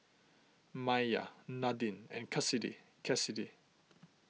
Maiya Nadine and Kassidy Kassidy